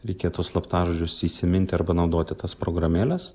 reikėtų slaptažodžius įsiminti arba naudoti tas programėles